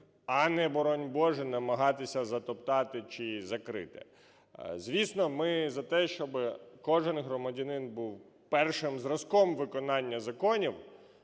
а не, борони Боже, намагатися затоптати чи закрити. Звісно, ми за те, щоби кожен громадянин був першим зразком виконання законів,